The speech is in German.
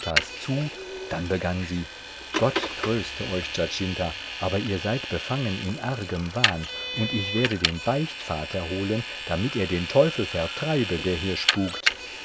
zu dann begann sie gott tröste euch giacinta aber ihr seid befangen in argem wahn und ich werde den beichtvater holen damit er den teufel vertreibe der hier spukt